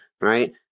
right